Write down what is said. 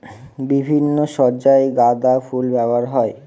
বিভিন্ন সজ্জায় গাঁদা ফুল ব্যবহার হয়